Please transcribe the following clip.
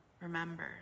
Remember